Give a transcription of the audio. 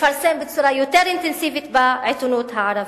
לפרסם בצורה יותר אינטנסיבית בעיתונות הערבית.